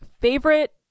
favorite